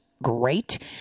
great